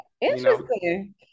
interesting